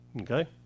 Okay